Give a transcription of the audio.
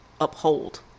uphold